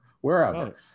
wherever